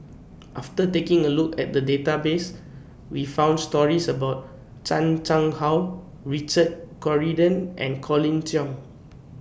after taking A Look At The Database We found stories about Chan Chang How Richard Corridon and Colin Cheong